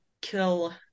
kill